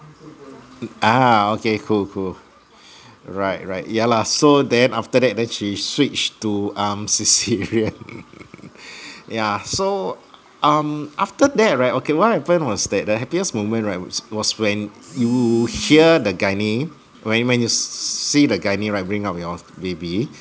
ah okay cool cool right right yeah lah so then after that then she switched to um cesarean yeah so um after that right okay what happen was that the happiest moment right was was when you hear the gynae when when you see the gynae right bring up your baby